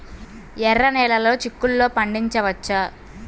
ఎర్ర నెలలో చిక్కుల్లో పండించవచ్చా?